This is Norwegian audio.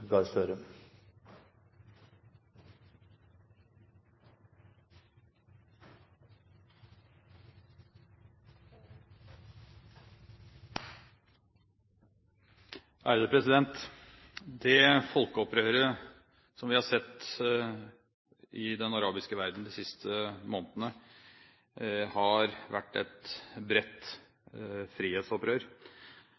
Det folkeopprøret som vi har sett i den arabiske verden de siste månedene, har vært et bredt